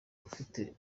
ufite